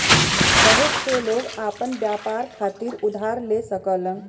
बहुत से लोग आपन व्यापार खातिर उधार ले सकलन